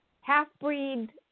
half-breed